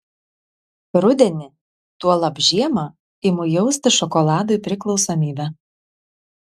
rudenį tuolab žiemą imu jausti šokoladui priklausomybę